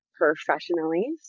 professionally